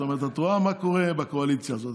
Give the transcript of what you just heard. זאת אומרת, את רואה מה קורה בקואליציה הזאת.